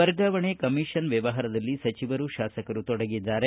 ವರ್ಗಾವಣೆ ಕಮಿಷನ್ ದಂಧೆಯಲ್ಲಿ ಸಚಿವರು ಶಾಸಕರು ತೊಡಗಿದ್ದಾರೆ